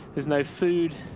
there's no food.